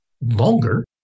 longer